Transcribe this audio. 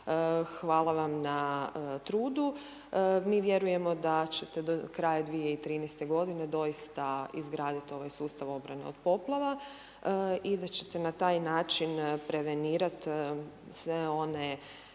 hvala vam na trudu. Mi vjerujemo da ćete do kraja 2013. g. doista izgraditi ovaj sustav obrane od poplava. I da ćete na taj način, prevenirati sve one